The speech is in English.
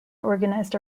organised